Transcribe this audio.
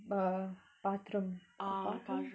uh bathroom bathroom